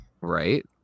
right